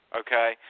okay